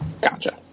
Gotcha